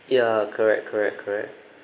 ya correct correct correct